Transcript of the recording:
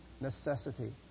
necessity